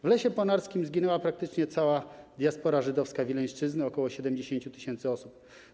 W lesie ponarskim zginęła praktycznie cała diaspora żydowska Wileńszczyzny, ok. 70 tys. osób.